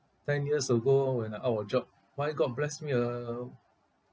ten years ago when I out of job why god bless me uh